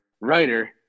writer